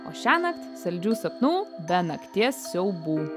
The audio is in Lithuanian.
o šiąnakt saldžių sapnų be nakties siaubų